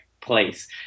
place